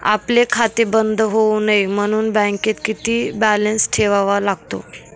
आपले खाते बंद होऊ नये म्हणून बँकेत किती बॅलन्स ठेवावा लागतो?